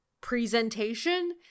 presentation